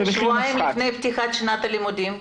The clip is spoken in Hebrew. אנחנו שבועיים לפני פתיחת שנת הלימודים.